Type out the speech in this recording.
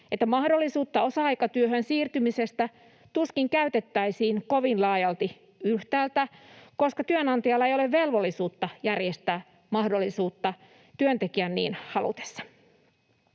että mahdollisuutta osa-aikatyöhön siirtymiseen tuskin käytettäisiin kovin laajalti, koska työnantajalla ei ole velvollisuutta järjestää mahdollisuutta työntekijän niin halutessa.